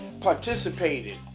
participated